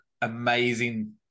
amazing